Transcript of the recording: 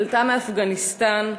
עלתה מאפגניסטן,